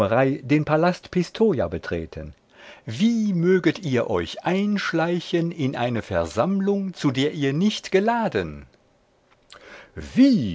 den palast pistoja betreten wie möget ihr euch einschleichen in eine versammlung zu der ihr nicht geladen wie